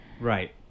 Right